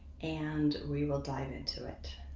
and we will dive into it.